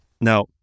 Now